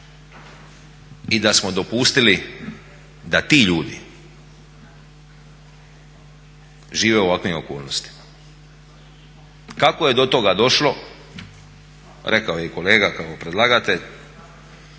i da smo dopustili da ti ljudi žive u ovakvim okolnostima. Kako je do toga došlo rekao i kolega kao predlagatelj